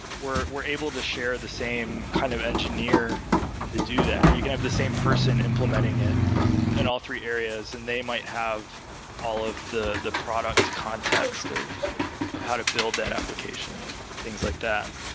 we're we're able to share the same kind of engineer to do that. you can have the same person implementing it in and all three areas and they might have all of the the product context of of how to build that application and things like that.